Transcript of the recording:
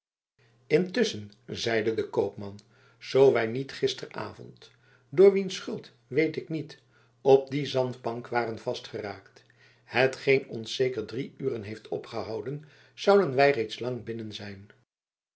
intusschen zeide de koopman zoo wij niet gisteravond door wiens schuld weet ik niet op die zandbank waren vastgeraakt hetgeen ons zeker drie uren heeft opgehouden zouden wij reeds lang binnen zijn